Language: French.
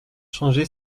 changer